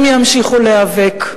הם ימשיכו להיאבק.